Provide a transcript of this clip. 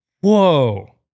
whoa